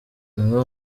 umwe